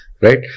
Right